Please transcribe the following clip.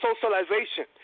socialization